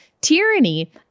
tyranny